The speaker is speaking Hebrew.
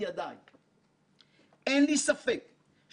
ותתווה דרך פעולה מקצועית חדשה בכנסת.